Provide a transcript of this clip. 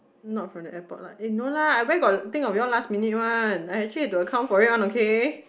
not from the airport lah eh no lah where got think of y'all last minute one I actually had to account for it one okay